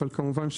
אבל כמובן,